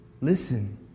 Listen